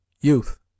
YOUTH